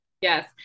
yes